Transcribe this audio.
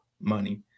money